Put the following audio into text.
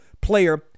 player